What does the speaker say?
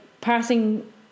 passing